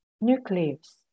nucleus